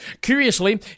Curiously